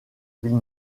ville